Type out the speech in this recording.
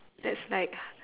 that's like